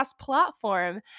platform